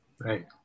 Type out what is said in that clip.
Right